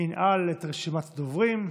ינעל את רשימת הדוברים.